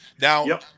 Now